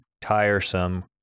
tiresome